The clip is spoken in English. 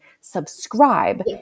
subscribe